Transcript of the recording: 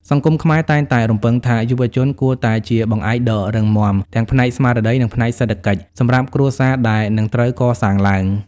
សង្គមខ្មែរតែងតែរំពឹងថា យុវជនគួរតែជា "បង្អែកដ៏រឹងមាំ" ទាំងផ្នែកស្មារតី និងផ្នែកសេដ្ឋកិច្ចសម្រាប់គ្រួសារដែលនឹងត្រូវកសាងឡើង។